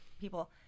people